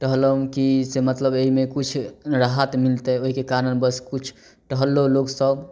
टहललासऽ कि से मतलब एहिमे किछु एहिमे राहत मिलतै ओहिके कारणबस किछु टहललो लोग सब